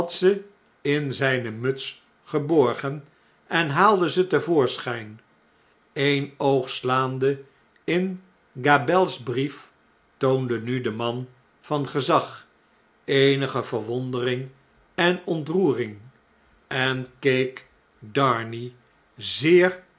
in zjjnemutsgeborgen en haalde ze te voorschijn een oog slaande in gabelle's brief toonde nu de man van gezag eenige verwondering en ontroering en keek darnay zeer